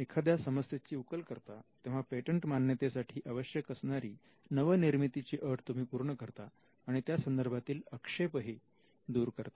एखाद्या समस्येची उकल करता तेव्हा पेटंट मान्यतेसाठी आवश्यक असणारी नवनिर्मिती ची अट तुम्ही पूर्ण करता आणि त्या संदर्भातील आक्षेपही दूर करता